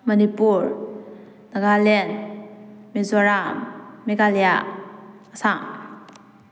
Manipur Nagaland Mizoram Meghalaya Assam